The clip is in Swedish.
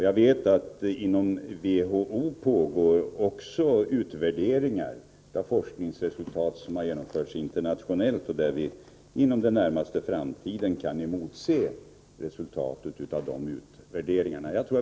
Jag vet att det inom WHO pågår utvärdering av forskning som genomförts internationellt; vi kan inom den närmaste framtiden emotse resultatet av de utvärderingarna.